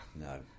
No